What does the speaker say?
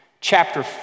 Chapter